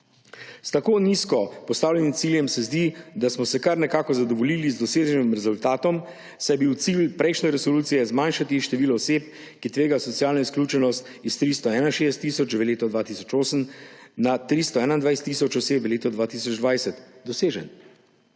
S tako nizko postavljenim ciljem se zdi, da smo se kar nekako zadovoljili s doseženim rezultatom, saj je bil cilj prejšnje resolucije, zmanjšati število oseb, ki tvegajo socialno izključenost, s 361 tisoč v letu 2008 na 321 tisoč oseb v letu 2020, dosežen.